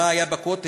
מה היה בכותל,